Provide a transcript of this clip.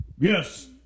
Yes